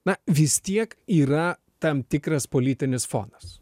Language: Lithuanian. na vis tiek yra tam tikras politinis fonas